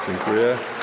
Dziękuję.